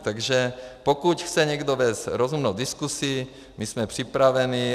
Takže pokud chce někdo vést rozumnou diskuzi, my jsme připraveni.